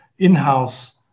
in-house